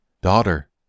Daughter